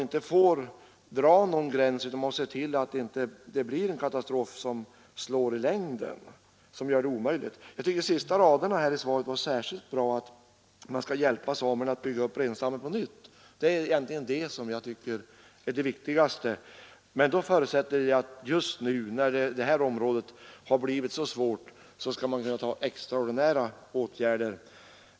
Man får inte dra någon gräns, utan man måste se till att katastrofen inte blir bestående. Jag tycker att de sista raderna i svaret är särskilt bra. Det sägs där att man skall hjälpa samerna att bygga upp renstammen på nytt. Det är det som är det viktigaste, men jag förutsätter att just nu, när det här området har blivit så hårt drabbat, borde man kunna vidta extraordinära åtgärder.